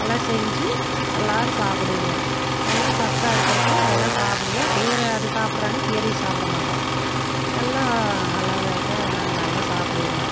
நல்லா செஞ்சு எல்லாேரும் சாப்பிடுவோங்க நல்லா சத்தாக இருக்கிறக்கு அதெலாம் சாப்பிடுவோம் கீரை அது சாப்பிடுற அன்னிக்கி கீரையை சாப்பிட மாட்டோம் எல்லாம் நல்லதுக்கு நாங்கள் நல்லா சாப்பிடுவோங்க